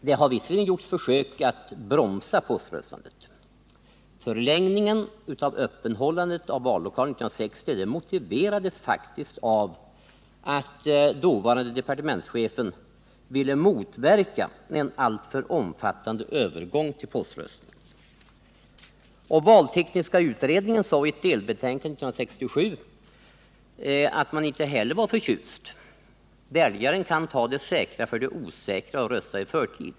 Det har visserligen gjorts försök att bromsa poströstandet. Förlängningen av öppethållandet av vallokalerna 1960 motiverades faktiskt av att dåvarande departementschefen ville motverka en alltför omfattande övergång till poströstning . Valtekniska utredningen sade i ett delbetänkande 1967 att man inte heller var förtjust: Väljaren kan ta det säkra för det osäkra och rösta i förtid.